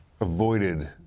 avoided